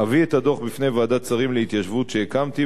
אביא את הדוח בפני ועדת שרים להתיישבות שהקמתי,